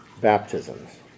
baptisms